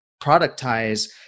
productize